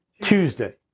Tuesday